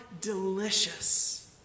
delicious